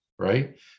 right